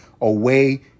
away